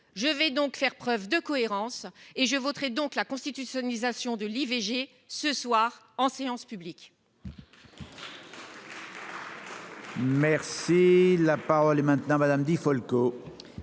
Je ferai donc preuve de cohérence et voterai contre la constitutionnalisation de l'IVG ce soir en séance publique.